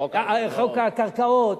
חוק הקרקעות.